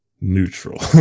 neutral